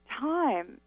time